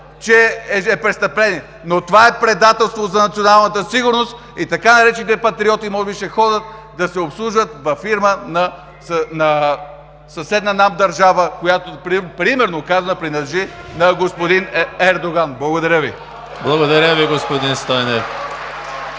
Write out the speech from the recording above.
че е престъпление, но това е предателство за националната сигурност и така наречените патриоти може би ще ходят да се обслужват във фирма на съседна нам държава, която, примерно казвам, принадлежи на господин Ердоган. Благодаря Ви. (Бурни ръкопляскания